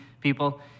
people